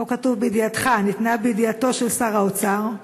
פה כתוב "בידיעתך" ניתנה בידיעתו של שר האוצר?